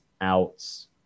outs